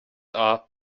are